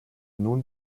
nun